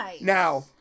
Now